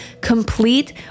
complete